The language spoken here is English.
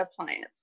appliance